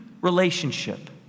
relationship